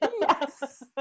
yes